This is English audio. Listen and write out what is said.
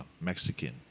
Mexican